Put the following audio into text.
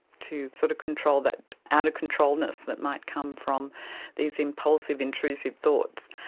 to sort of control that out-of-controlness that might come from these impulsive, intrusive thoughts.